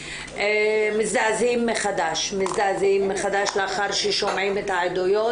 מזדעזעים מחדש לאחר ששומעים את העדויות,